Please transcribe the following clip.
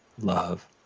love